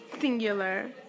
singular